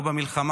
או במלחמה,